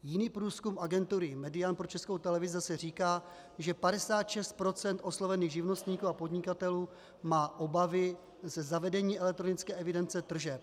Jiný průzkum agentury Median pro Českou televizi zase říká, že 56 % oslovených živnostníků a podnikatelů má obavy ze zavedení elektronické evidence tržeb.